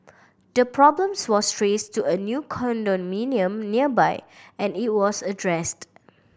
the problems was trace to a new condominium nearby and it was addressed